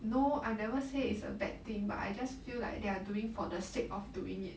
no I never say it's a bad thing but I just feel like they're doing for the sake of doing it